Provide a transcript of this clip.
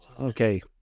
okay